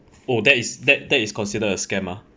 oh that is that that is considered a scam ah